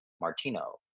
Martino